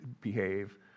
behave